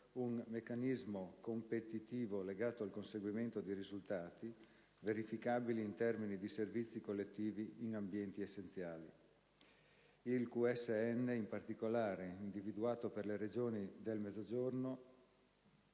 un meccanismo competitivo legato al conseguimento di risultati verificabili in termini di servizi collettivi in ambiti essenziali. Il Quadro strategico nazionale ha in particolare individuato per le Regioni del Mezzogiorno